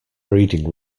breeding